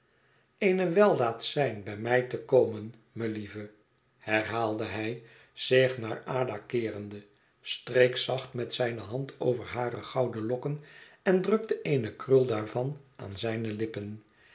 eene weldaad zijn bij mij te komen melieve herhaalde hij zich naar ada keerende streek zacht met zijne hand over hare gouden lokken en drukte eene krul daarvan aan zijne lippen